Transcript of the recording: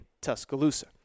Tuscaloosa